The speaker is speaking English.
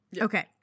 Okay